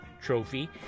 Trophy